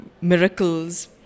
miracles